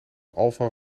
alfa